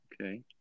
Okay